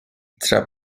tra